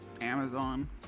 Amazon